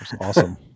Awesome